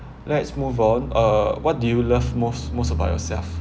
let's move on uh what do you love most most about yourself